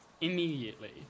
immediately